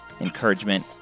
encouragement